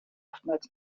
oftmals